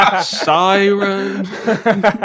Siren